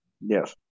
yes